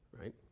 right